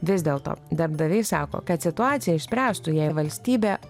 vis dėlto darbdaviai sako kad situaciją išspręstų jei valstybė